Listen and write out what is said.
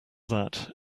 that